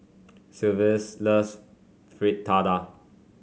Silvester loves Fritada